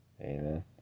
Amen